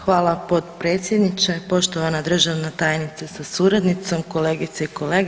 Hvala potpredsjedniče, poštovana državna tajnice sa suradnicom, kolegice i kolege.